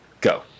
go